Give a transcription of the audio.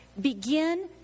begin